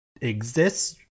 exists